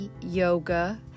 yoga